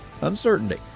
uncertainty